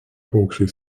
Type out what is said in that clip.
paukščiai